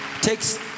Takes